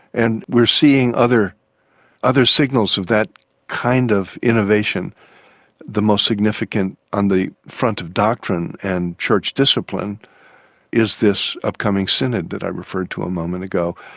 and we are seeing other other signals of that kind of the most significant on the front of doctrine and church discipline is this upcoming synod that i referred to a moment ago.